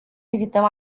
evităm